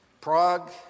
Prague